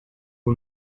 who